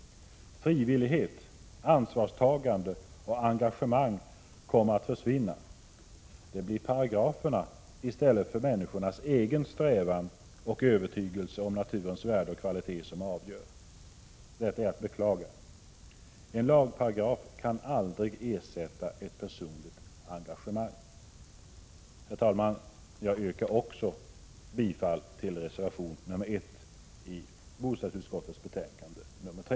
Frivillighet, ansvarstagande och engagemang kommer att försvinna. Det blir paragraferna i stället för människornas egen strävan och övertygelse om naturens värde och kvalitet som avgör. Detta är att beklaga. En lagparagraf kan aldrig ersätta ett personligt engagemang. Herr talman! Jag yrkar bifall till reservation nr 1 i bostadsutskottets betänkande nr 3.